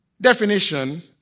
definition